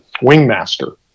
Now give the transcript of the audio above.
wingmaster